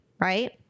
right